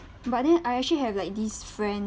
but then I actually have like this friend